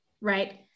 right